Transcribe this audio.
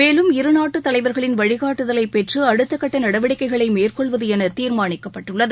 மேலும் இருநாட்டுதலைவர்களின் வழிகாட்டுதலைப் பெற்றுஅடுத்தகட்டநடவடிக்கைகளைமேற்கொள்வதுஎனதீர்மானிக்கப்பட்டுள்ளது